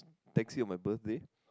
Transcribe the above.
taxi on my birthday